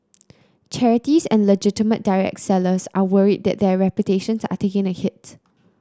charities and legitimate direct sellers are worried that their reputations are taking a hit